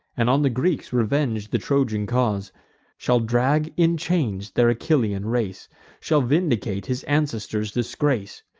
and on the greeks revenge the trojan cause shall drag in chains their achillean race shall vindicate his ancestors' disgrace,